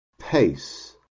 pace